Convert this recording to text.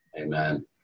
Amen